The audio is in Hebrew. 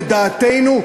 לדעתנו,